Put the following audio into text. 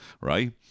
Right